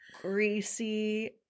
greasy